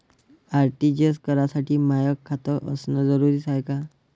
RTGS करासाठी माय खात असनं जरुरीच हाय का?